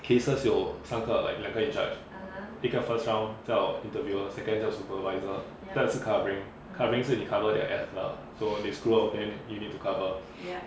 cases 有三个 like 两个 inside 一个 first round 叫 interviewer second 叫 supervisor 这是 covering covering 是你 cover their ass lah so they screw up then you need to cover you